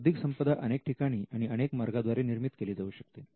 बौद्धिक संपदा अनेक ठिकाणी आणि अनेक मार्गाद्वारे निर्मित केली जाऊ शकते